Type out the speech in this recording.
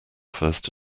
first